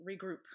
regroup